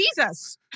Jesus